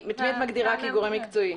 את מי את מגדירה כגורם מקצועי?